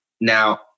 Now